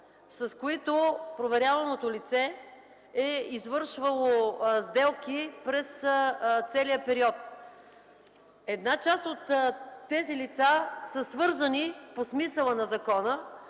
с които проверяваното лице е извършвало сделки през целия период. Една част от тези лица са свързани по смисъла на закона,